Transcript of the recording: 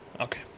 Okay